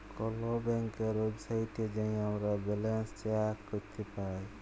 call ব্যাংকের ওয়েবসাইটে যাঁয়ে আমরা ব্যাল্যান্স চ্যাক ক্যরতে পায়